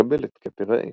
ומקבל את כתר העץ.